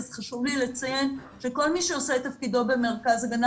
אז חשוב לי לציין שכל מי שעושה את תפקידו במרכז ההגנה